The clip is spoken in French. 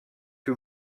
que